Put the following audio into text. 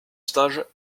stage